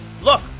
Look